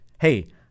hey